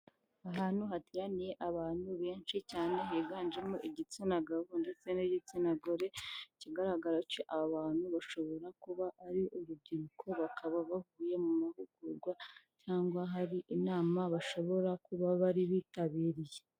Ahantu hateraniye abantu benshi cyane higanjemo igitsina gabo ndetse n'igitsina gore ,ikigaragara cyo aba bantu bashobora kuba ari urubyiruko bakaba bavuye mu mahugurwa, cyangwa hari inama bashobora kuba bari bitabiriye.